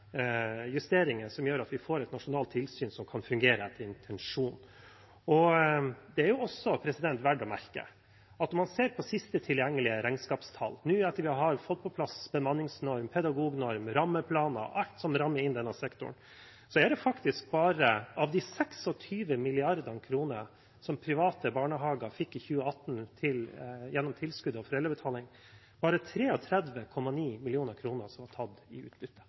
justeringer som gjør at vi får et nasjonalt tilsyn som kan fungere etter intensjonen. Det er også verdt å merke seg at når man ser på de siste tilgjengelige regnskapstallene – nå etter at vi har fått på plass bemanningsnorm, pedagognorm, rammeplaner og alt som rammer inn denne sektoren – er det faktisk, av de 26 mrd. kr som private barnehager fikk i 2018 gjennom tilskudd og foreldrebetaling, bare 33,9 mill. kr som er tatt i utbytte.